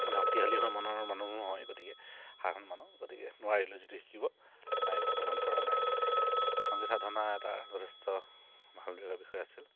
মানে শক্তিশালী হৈ মনৰ মানুহো হয় গতিকে সা গতিকে নোৱাৰিলোঁ যিটো শিকিব নাই বৰ্তমান পৰা নাই সংগীত সাধনা এটা যথেষ্ট ভাল বিষয় আছিল